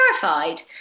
terrified